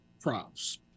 props